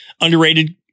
underrated